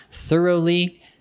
thoroughly